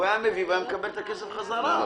ומקבלים את הכסף חזרה.